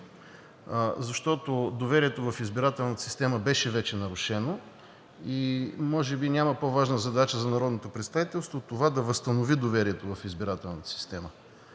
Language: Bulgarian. защото доверието в избирателната система беше вече нарушено и може би няма по-важна задача за народното представителство от това да възстанови доверието в избирателната система